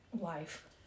life